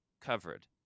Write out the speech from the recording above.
Covered